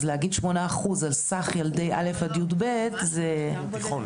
להגיד 8% על סך ילדי א'-י"ב זה --- קרן,